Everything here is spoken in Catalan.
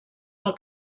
del